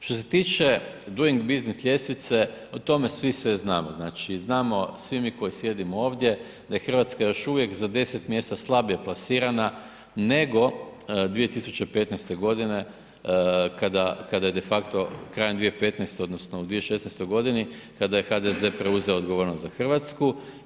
Što se tiče doing business ljestvice, o tome svi sve znamo, znači, znamo svi mi koji sjedimo ovdje da je Hrvatska još uvijek za 10 mjesta slabije plasirana nego 2015. godine kada je de facto, krajem 2015., odnosno u 2016. godini kada je HDZ preuzeo odgovornost za Hrvatsku.